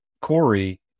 Corey